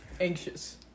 anxious